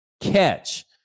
catch